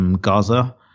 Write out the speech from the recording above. Gaza